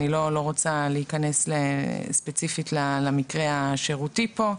אני לא רוצה להיכנס למקרה השירותי כאן.